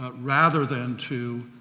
but rather than to,